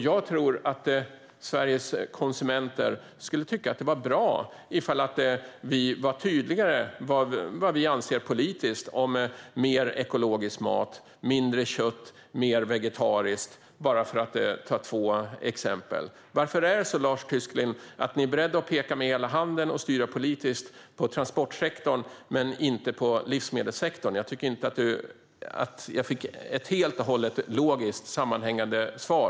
Jag tror att Sveriges konsumenter skulle tycka att det var bra om vi var tydligare med vad vi anser politiskt om mer ekologisk mat samt mindre kött och mer vegetariskt, för att bara ta två exempel. Varför är ni beredda att peka med hela handen och styra politiskt när det gäller transportsektorn men inte när det gäller livsmedelssektorn, Lars Tysklind? Jag tycker trots allt inte att jag fick ett helt och hållet logiskt och sammanhängande svar.